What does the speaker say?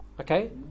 Okay